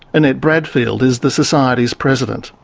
annette bradfield is the society's president.